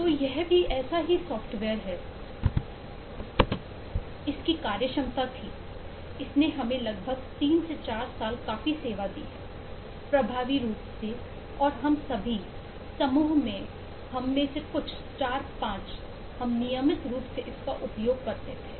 तो यह भी ऐसा ही सॉफ्टवेयर है इसकी कार्यक्षमता थी इसने हमें लगभग 3 4 साल काफी सेवा दी है प्रभावी रूप से और हम सभी समूह में हम में से कुछ 45 हम नियमित रूप से इसका उपयोग करते थे